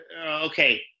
okay